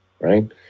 right